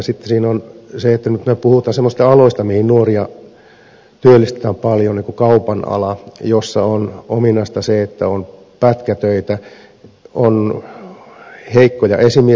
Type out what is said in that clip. sitten siinä on se että nyt me puhumme semmoisista aloista mihin nuoria työllistetään paljon niin kuin kaupan ala joille on ominaista se että on pätkätöitä on heikkoja esimiestaitoja